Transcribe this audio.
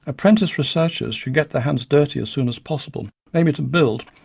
apprentice researchers should get their hands dirty as soon as possible, maybe to build,